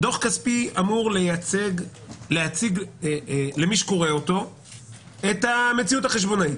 דוח כספי אמור להציג למי שקורא אותו את המציאות החשבונאית.